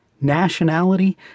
nationality